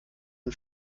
ein